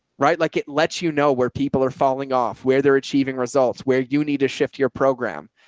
right. like it lets you know where people are falling off where they're achieving results, where you need to shift your program.